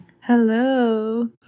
Hello